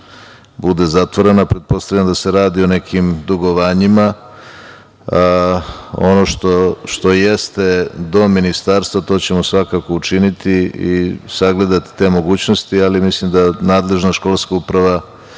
bude zatvorena. Pretpostavljam da se radi o nekim dugovanjima. Ono što jeste do Ministarstva, to ćemo svakako učiniti i sagledati te mogućnosti, ali mislim da nadležna školska uprava